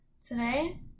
Today